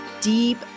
deep